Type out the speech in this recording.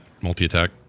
multi-attack